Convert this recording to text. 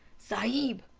sahib!